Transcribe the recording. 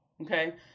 Okay